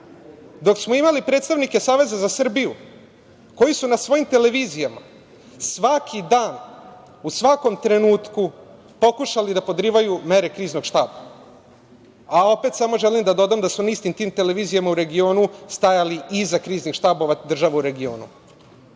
dok smo imali predstavnike Saveza za Srbiju koji su na svojim televizijama svaki dan u svakom trenutku pokušali da podrivaju mere Kriznog štaba, a opet samo želim da dodam da su na istim tim televizijama u regionu stajali iza kriznih štabova država u regionu. Nije